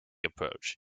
approach